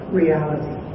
reality